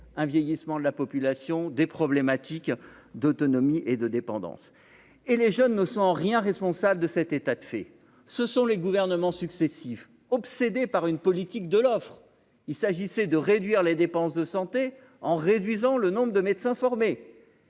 un vieillissement de la population des problématiques d'autonomie et de dépendance et les jeunes ne sont en rien responsables de cet état de fait, ce sont les gouvernements successifs, obsédé par une politique de l'offre, il s'agissait de réduire les dépenses de santé, en réduisant le nombre de médecins formés